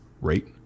Rate